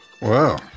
Wow